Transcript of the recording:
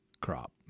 crop